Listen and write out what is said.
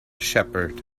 shepherd